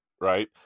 right